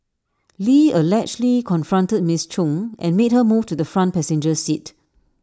lee allegedly confronted miss chung and made her move to the front passenger seat